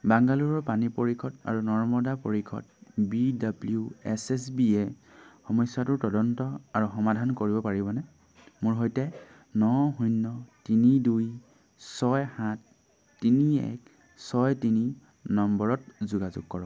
বাংগালোৰৰ পানী পৰিষদ আৰু নৰ্দমা পৰিষদ B W S S B সমস্যাটোৰ তদন্ত আৰু সমাধান কৰিব পাৰিবনে মোৰ সৈতে ন শূন্য তিনি দুই ছয় সাত তিনি এক ছয় তিনি নম্বৰত যোগাযোগ কৰক